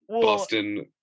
Boston